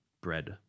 bread